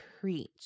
preach